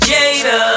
Jada